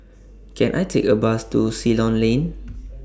Can I Take A Bus to Ceylon Lane